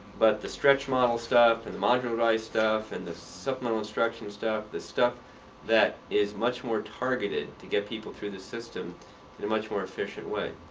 but the stretch mile stuff, the modern write stuff, and the supplemental instruction stuff, the stuff that is much more targeted to get people through the system much more efficient way.